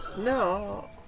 No